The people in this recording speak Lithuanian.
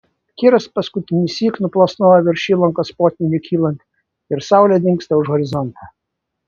kiras paskutinįsyk nuplasnoja virš įlankos potvyniui kylant ir saulė dingsta už horizonto